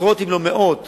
עשרות אם לא מאות,